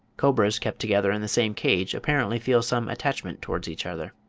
cobras kept together in the same cage apparently feel some attachment towards each other.